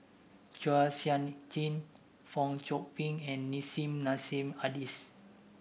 Chua Sian Chin Fong Chong Pik and Nissim Nassim Adis